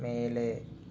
ಮೇಲೆ